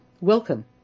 welcome